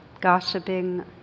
gossiping